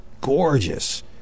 gorgeous